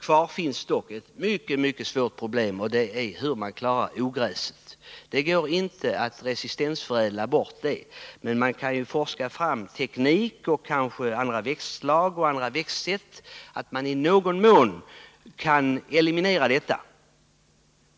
Kvar finns dock ett mycket svårt problem, och det är hur man skall klara ogräset. Det går inte att resistensförädla bort, men man kan forska fram teknik, andra växtslag och växtsätt för att i någon mån eliminera det.